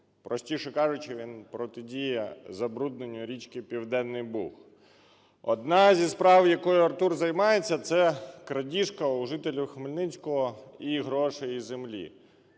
простіше кажучи, він протидіє забрудненню річки Південний Буг. Одна зі справ, якою Артур займається, - це крадіжка у жителів Хмельницького і грошей, і землі.